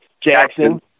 Jackson